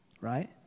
Right